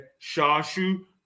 Shashu